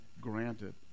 granted